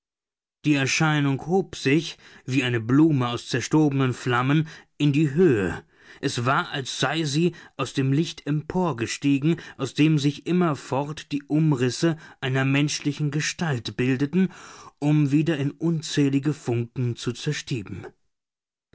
die erscheinung hob sich wie eine blume aus zerstobenen flammen in die höhe es war als sei sie aus dem licht emporgestiegen aus dem sich immerfort die umrisse einer menschlichen gestalt bildeten um wieder in unzählige funken zu zerstieben